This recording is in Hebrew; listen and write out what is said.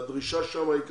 שהדרישה שם היא כזאת?